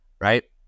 right